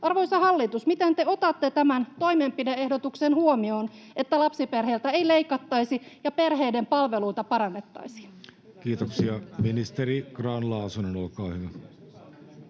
Arvoisa hallitus, miten te otatte tämän toimenpide-ehdotuksen huomioon, että lapsiperheiltä ei leikattaisi ja perheiden palveluita parannettaisiin? Kiitoksia. — Ministeri Grahn-Laasonen, olkaa hyvä.